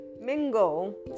mingle